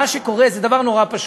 מה שקורה זה דבר נורא פשוט: